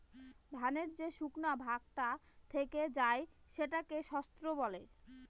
ধানের যে শুকনা ভাগটা থেকে যায় সেটাকে স্ত্র বলে